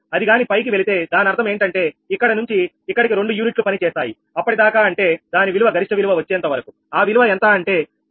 అది గాని పైకి వెళితే దాని అర్థం ఏంటంటే ఇక్కడ నుంచి ఇక్కడికి రెండు యూనిట్లు పని చేస్తాయి అప్పటిదాకా అంటే దాని విలువ గరిష్ట విలువ వచ్చేంతవరకు ఆ విలువ ఎంత అంటే 73